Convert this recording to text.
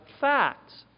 facts